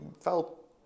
felt